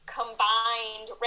combined